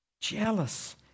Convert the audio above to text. jealous